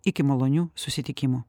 iki malonių susitikimų